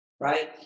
right